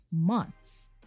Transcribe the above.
months